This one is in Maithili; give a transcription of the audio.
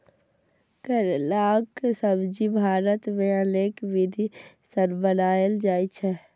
करैलाक सब्जी भारत मे अनेक विधि सं बनाएल जाइ छै